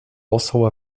also